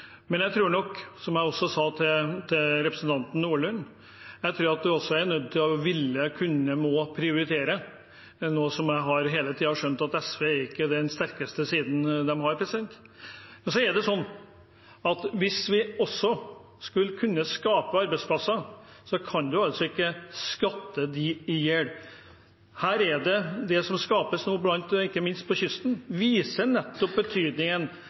men jeg tror nok, som jeg også sa til representanten Nordlund, at man også er nødt til å ville, kunne og måtte prioritere, noe jeg hele tiden har skjønt ikke er SVs sterkeste side. Men så er det sånn at hvis vi også skal kunne skape arbeidsplasser, kan vi ikke skatte dem i hjel. Det som skapes nå, ikke minst på kysten, viser nettopp betydningen